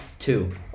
Two